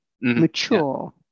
mature